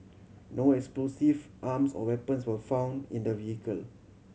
no explosive arms or weapons were found in the vehicle